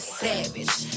savage